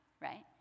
right